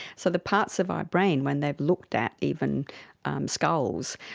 so the parts of our brain when they've looked at even skulls,